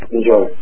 Enjoy